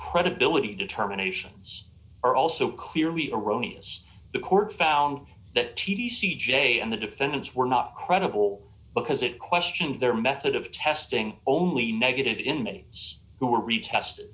credibility determinations are also clearly erroneous the court found that t v c j and the defendants were not credible because it questioned their method of testing only negative in mates who were retested